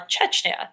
Chechnya